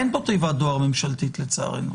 אין פה תיבת דואר ממשלתית לצערנו.